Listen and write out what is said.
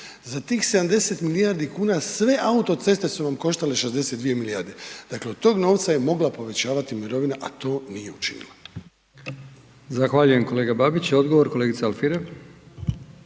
Za tih 70 milijardi kuna sve autoceste su vam koštale 62 milijarde. Dakle od tog novca je mogla povećavati mirovina a to nije učinila. **Brkić, Milijan (HDZ)** Zahvaljujem kolega Babić. Odgovor kolegica Alfirev.